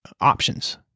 options